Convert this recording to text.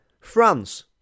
France